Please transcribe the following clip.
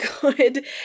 good